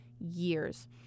years